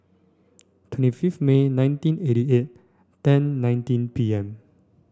twenty fifth May nineteen eighty eight ten nineteen P M